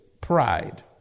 pride